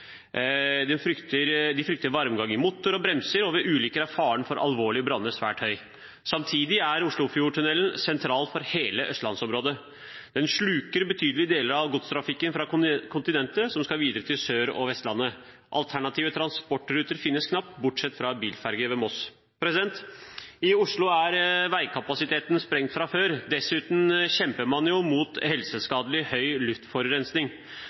De frykter varmgang i motor og bremser, og ved ulykker er faren for alvorlige branner svært høy. Samtidig er Oslofjordtunnelen sentral for hele østlandsområdet. Den sluker betydelige deler av godstrafikken fra kontinentet som skal videre til Sør- og Vestlandet. Alternative transportruter finnes knapt, bortsett fra bilferge ved Moss. I Oslo er veikapasiteten sprengt fra før. Dessuten kjemper man mot helseskadelig høy